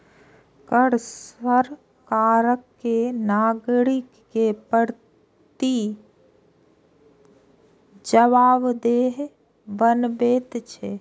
कर सरकार कें नागरिक के प्रति जवाबदेह बनबैत छै